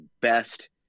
best